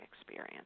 experience